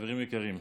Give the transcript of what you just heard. חברים יקרים,